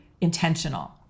intentional